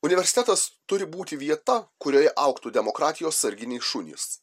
universitetas turi būti vieta kurioje augtų demokratijos sarginiai šunys